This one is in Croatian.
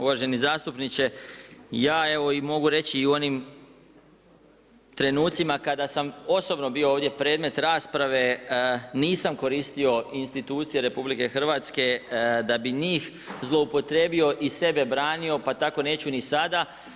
Uvaženi zastupniče ja evo, mogu reći i u onim trenucima kada sam osobno bio ovdje predmet rasprave nisam koristio institucije RH da bi njih zloupotrijebio i sebe branio, pa tako neću ni sada.